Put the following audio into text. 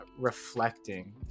reflecting